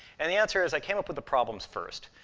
and the answer is, i came up with the problems first.